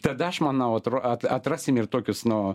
tada aš manau atro atrasim ir tokius